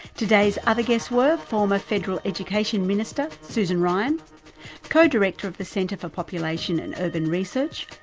today's other guests were former federal education minister susan ryan co-director of the centre for population and urban research,